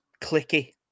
clicky